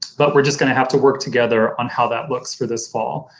but we're just going to have to work together on how that looks for this fall.